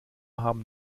haben